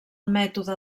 mètode